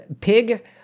Pig